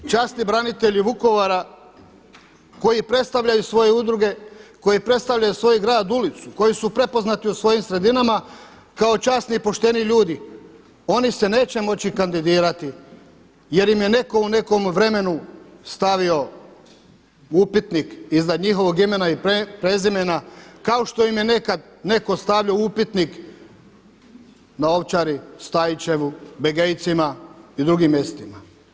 Časni branitelji Vukovara koji predstavljaju svoje udruge, koji predstavljaju svoj grad, ulicu, koji su prepoznati u svojim sredinama kao časni i pošteni ljudi oni se neće moći kandidirati jer im je netko u nekom vremenu stavio upitnik iznad njihovog imena i prezimena kao što im je nekad netko stavljo upitnik na Ovčari, Staićevu, Begejcima i drugim mjestima.